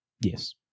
Yes